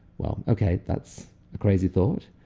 well, okay, that's a crazy thought.